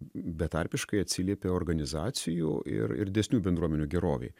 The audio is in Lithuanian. betarpiškai atsiliepia organizacijų ir ir didesnių bendruomenių gerovei